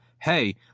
hey